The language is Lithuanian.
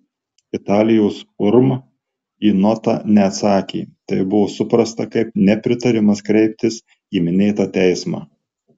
italijos urm į notą neatsakė tai buvo suprasta kaip nepritarimas kreiptis į minėtą teismą